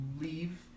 leave